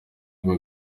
abo